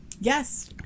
yes